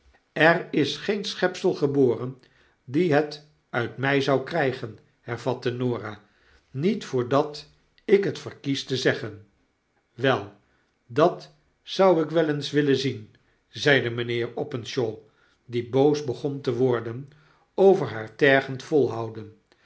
er is geen schepsel geboren die het uit my zou krygen hervatte norah a niet voordat ik het verkies te zeggen wel dat zou ik wel eens willen zien zeide mynheer openshaw die boos bcsgon te worden over haar tergend volhouden